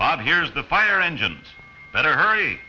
bob here's the fire engines better hurry